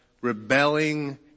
rebelling